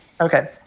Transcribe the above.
Okay